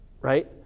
right